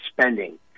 spending